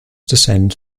descend